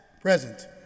present